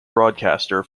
broadcaster